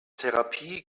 therapie